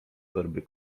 torby